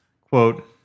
quote